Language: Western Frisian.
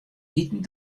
iten